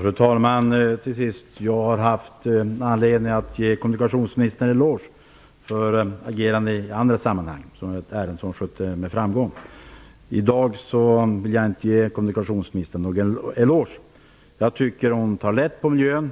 Fru talman! Jag har haft anledning att ge kommunikationsministern en eloge för ett agerande i ett annat sammanhang. Det var ett ärende som hon skötte med framgång. I dag vill jag inte ge kommunikationsministern någon eloge. Jag tycker att hon tar lätt på miljön